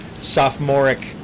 sophomoric